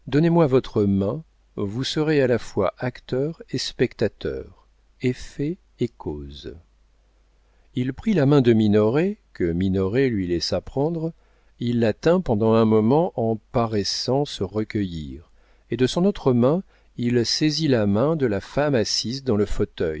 donnez-moi votre main vous serez à la fois acteur et spectateur effet et cause il prit la main de minoret que minoret lui laissa prendre il la tint pendant un moment en paraissant se recueillir et de son autre main il saisit la main de la femme assise dans le fauteuil